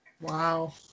wow